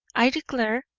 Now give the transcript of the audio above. i declare,